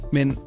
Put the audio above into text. Men